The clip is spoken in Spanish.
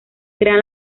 crean